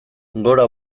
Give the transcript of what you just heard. gora